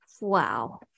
Wow